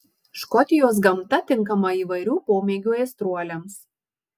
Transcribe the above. škotijos gamta tinkama įvairių pomėgių aistruoliams